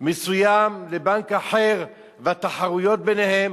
מסוים לבנק אחר והתחרויות ביניהם,